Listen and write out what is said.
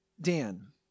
Dan